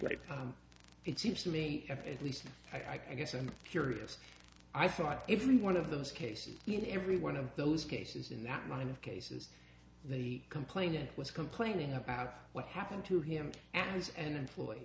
exceptions it seems to me at least i guess i'm curious i thought every one of those cases in every one of those cases in that line of cases the complainant was complaining about what happened to him as an employee